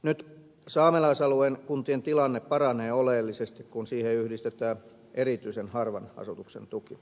nyt saamelaisalueen kuntien tilanne paranee oleellisesti kun siihen yhdistetään erityisen harvan asutuksen tuki